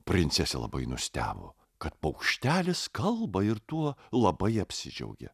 princesė labai nustebo kad paukštelis kalba ir tuo labai apsidžiaugė